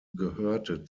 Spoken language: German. gehörte